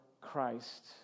Christ